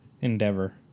endeavor